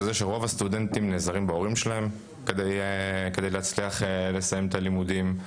זה שרוב הסטודנטים נעזרים בהורים שלהם כדי להצליח לסיים את הלימודים.